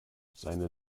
seine